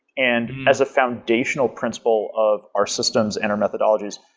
and as a foundational principle of our systems and our methodologies,